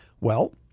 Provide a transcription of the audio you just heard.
Well-